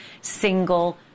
single